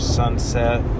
sunset